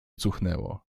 cuchnęło